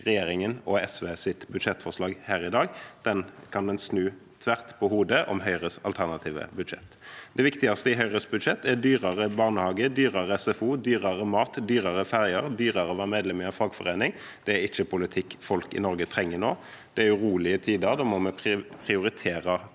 regjeringens og SVs budsjettforslag her i dag. Den kan en snu tvert på hodet, om Høyres alternative budsjett. Det viktigste i Høyres budsjett er dyrere barnehage, dyrere SFO, dyrere mat, dyrere ferjer og dyrere å være medlem i en fagforening. Det er ikke politikk folk i Nor ge trenger nå. Det er urolige tider, og da må vi prioritere